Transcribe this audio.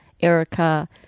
Erica